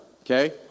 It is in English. okay